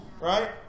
right